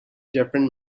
different